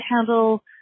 handle